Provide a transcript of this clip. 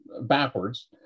backwards